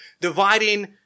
dividing